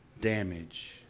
damage